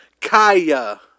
Kaya